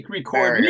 record